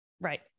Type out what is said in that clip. Right